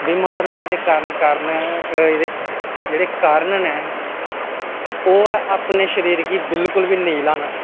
बमार होने दे कारण कारण ऐ एह्दे जेह्ड़े कारण न ओह् ऐ अपने शरीर गी बिलकुल बी नेईं ल्हाना